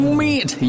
meet